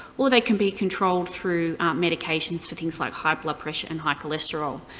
or they can be controlled through medications for things like high blood pressure and high cholesterol.